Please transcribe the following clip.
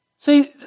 See